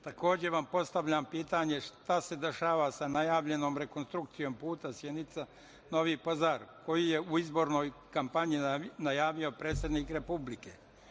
Takođe vam postavljam pitanje – šta se dešava sa najavljenom rekonstrukcijom puta Sjenica-Novi Pazar, koji je u izbornoj kampanji najavio predsednik Republike?